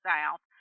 South